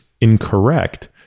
incorrect